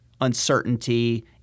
uncertainty